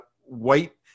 white